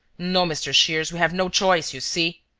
no, mr. shears, we have no choice, you see.